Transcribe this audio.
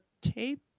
tape